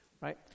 Right